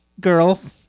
girls